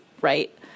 right